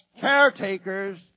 caretakers